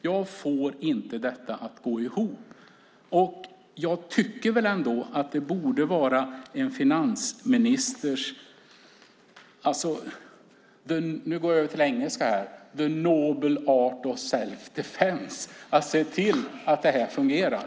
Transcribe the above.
Jag får inte detta att gå ihop, och jag tycker väl ändå att det för finansministern borde vara - nu går jag över till engelska - the noble art of self defence att se till att det fungerar.